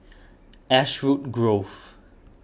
Ashwood Grove